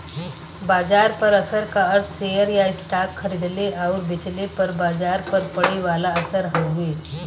बाजार पर असर क अर्थ शेयर या स्टॉक खरीदले आउर बेचले पर बाजार पर पड़े वाला असर हउवे